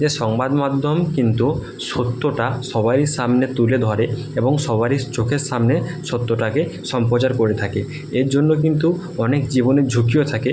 যে সংবাদ মাধ্যম কিন্তু সত্যটা সবারই সামনে তুলে ধরে এবং সবারই চোখের সামনে সত্যটাকে সম্প্রচার করে থাকে এর জন্য কিন্তু অনেক জীবনের ঝুঁকিও থাকে